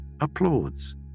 applauds